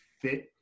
fit